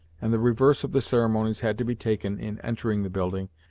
and the reverse of the ceremonies had to be taken in entering the building,